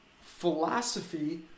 Philosophy